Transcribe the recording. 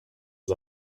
was